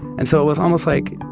and so it was almost like,